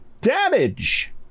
damage